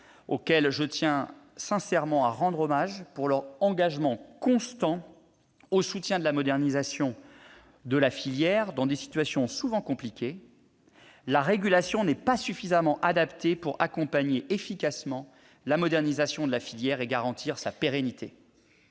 à rendre sincèrement hommage à ces organismes, pour leur engagement constant au soutien de la modernisation de la filière, dans une situation souvent compliquée -, la régulation n'est pas suffisamment adaptée pour accompagner efficacement la modernisation de la filière et garantir sa pérennité.